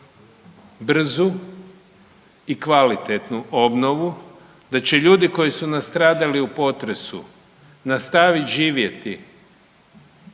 brzu i kvalitetnu obnovu, da će ljudi koji su nastradali u potresu nastavit živjeti